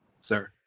sir